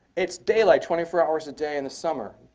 it's daylight twenty four hours a day in the summer.